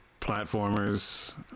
platformers